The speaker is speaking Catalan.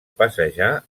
passejar